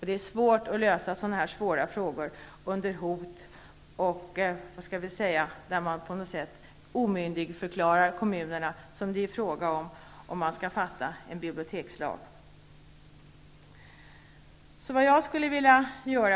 Det är svårt att lösa sådana frågor under hot och då kommunerna omyndigförklaras, som det ju är fråga om om man fattar beslut om en bibliotekslag.